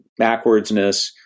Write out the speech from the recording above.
backwardsness